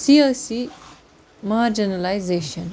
سِیٲسی مارجنٕلِازیشن